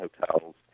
Hotels